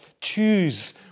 choose